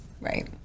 Right